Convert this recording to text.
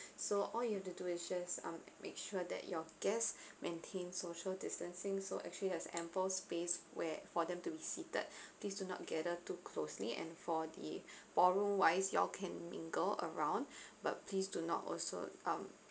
so all you have to do is just um make sure that your guests maintain social distancing so actually has ample space where for them to be seated please do not gather too closely and for the ballroom wise you all can mingle around but please do not also um